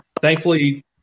Thankfully